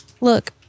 Look